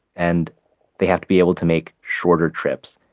and they have to be able to make shorter trips.